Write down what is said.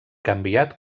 canviat